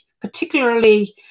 particularly